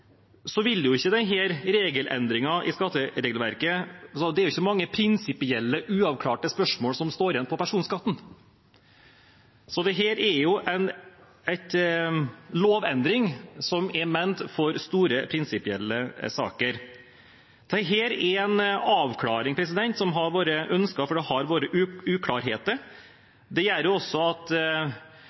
er det ikke mange prinsipielle, uavklarte spørsmål som står igjen på personskatten. Dette er en lovendring som er ment for store, prinsipielle saker. Dette er en avklaring som har vært ønsket fordi det har vært uklarheter. Det gjør også at